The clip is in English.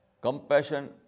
Compassion